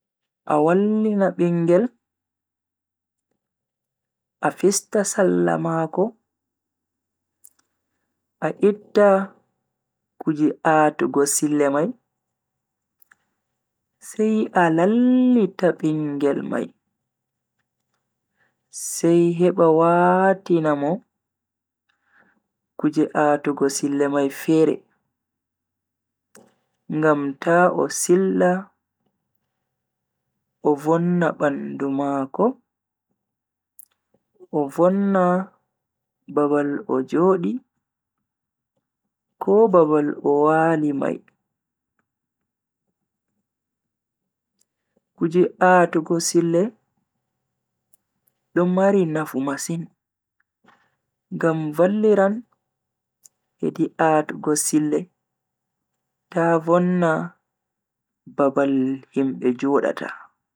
A wallina bingel, a fista salla mako, a itta kuje a'tugo silla mai, sai a lallita bingel mai. Sai heba watina mo kuje a'tuggo sille mai fere ngam ta o silla o vonna bandu mako o vonna baabal o jodi ko babal o wali mai. Kuje a'tugo sille do mari nafu masin, ngam valliran hedi a'tugo sille ta vonna babal himbe jodata.